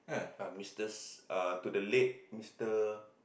ah mister to the late mister